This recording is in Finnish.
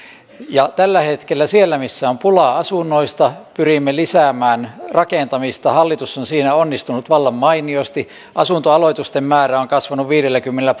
tällä hetkellä siellä missä on pulaa asunnoista pyrimme lisäämään rakentamista hallitus on siinä onnistunut vallan mainiosti asuntoaloitusten määrä on kasvanut viidelläkymmenellä